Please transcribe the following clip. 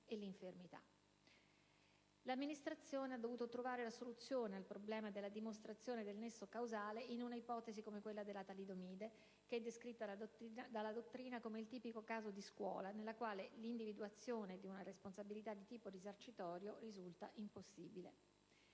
L'Amministrazione ha dovuto trovare la soluzione al problema della dimostrazione del nesso causale in un'ipotesi come quella della talidomide, che è descritta dalla dottrina come il tipico caso "di scuola", nel quale l'individuazione di una responsabilità di tipo risarcitorio risulta impossibile.